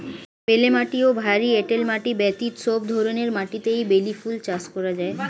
বেলে মাটি ও ভারী এঁটেল মাটি ব্যতীত সব ধরনের মাটিতেই বেলি ফুল চাষ করা যায়